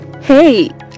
Hey